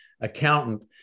accountant